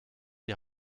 die